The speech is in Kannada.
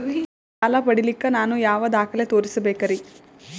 ಸಾಲ ಪಡಿಲಿಕ್ಕ ನಾನು ಯಾವ ದಾಖಲೆ ತೋರಿಸಬೇಕರಿ?